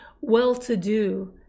well-to-do